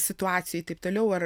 situacijoje taip toliau ar